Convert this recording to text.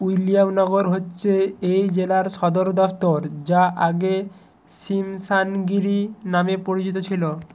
William Nagar হচ্ছে এই জেলার সদরদপ্তর যা আগে সিমসানগিরি নামে পরিচিত ছিল